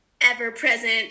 ever-present